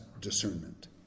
discernment